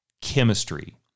chemistry